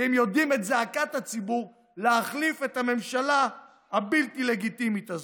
כי הם יודעים את זעקת הציבור להחליף את הממשלה הבלתי-לגיטימית הזאת.